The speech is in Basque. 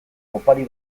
opari